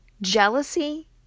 jealousy